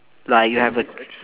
like you have a